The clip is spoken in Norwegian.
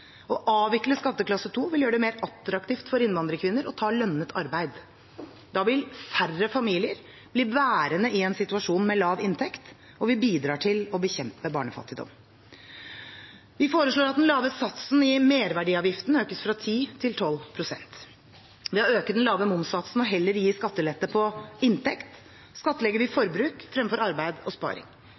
Å avvikle skatteklasse 2 vil gjøre det mer attraktivt for innvandrerkvinner å ta lønnet arbeid. Da vil færre familier bli værende i en situasjon med lav inntekt, og vi bidrar til å bekjempe barnefattigdom. Vi foreslår at den lave satsen i merverdiavgiften økes fra 10 pst. til 12 pst. Ved å øke den lave momssatsen og heller gi skattelettelser på inntekt skattlegger vi forbruk fremfor arbeid og sparing.